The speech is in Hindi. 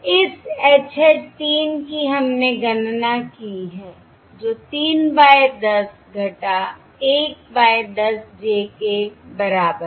इस H hat 3 की हमने गणना की है जो 3 बाय 10 1 बाय 10 j के बराबर है